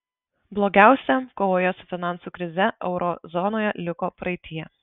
blogiausia kovoje su finansų krize euro zonoje liko praeityje